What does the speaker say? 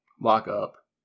lockup